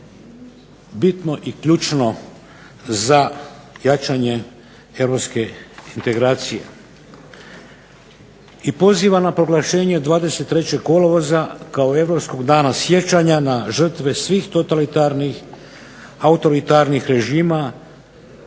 bitno i ključno za jačanje europske integracije. I poziva na proglašenje 23. kolovoza kao europskog dana sjećanja na žrtve svih totalitarnih autoritarnih režima